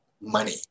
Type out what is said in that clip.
money